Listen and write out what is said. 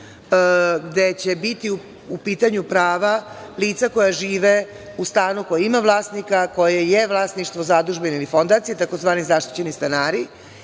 gde će biti u pitanju prava lica koja žive u stanu koji ima vlasnika, a koji je vlasništvo zadužbine ili fondacije, tzv. zaštićeni stanari,